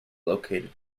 located